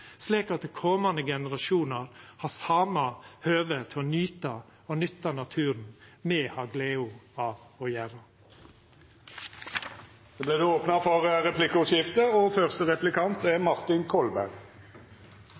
slik at komande generasjonar har same høve til å nyta – og nytta – naturen som me har gleda av å gjera. Det vert replikkordskifte.